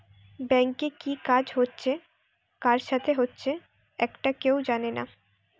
ব্যাংকে কি কাজ হচ্ছে কার সাথে হচ্চে একটা কেউ জানে না